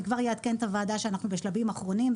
אני כבר אעדכן את הוועדה שאנחנו בשלבים אחרונים.